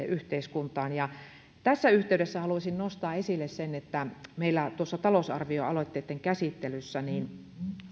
yhteiskuntaan tässä yhteydessä haluaisin nostaa esille sen että talousarvioaloitteitten käsittelyssä